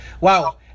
wow